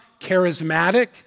Charismatic